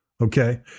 okay